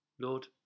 Lord